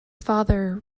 father